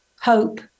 hope